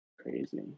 Crazy